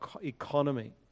economy